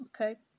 okay